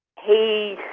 he